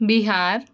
Bihar